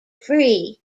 free